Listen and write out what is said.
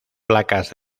placas